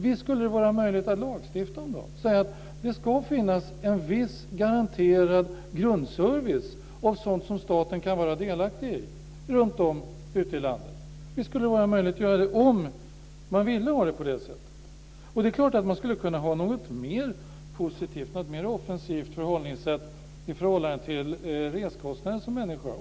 Visst skulle det vara möjligt att lagstifta där och säga att det ska finnas en viss garanterad grundservice gällande sådant som staten kan vara delaktig i runtom ute i landet. Visst skulle det alltså vara möjligt, om man nu vill ha det på det sättet. Det är klart att man skulle kunna ha ett mer positivt och ett mer offensivt förhållningssätt till de reskostnader som människor har.